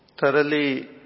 thoroughly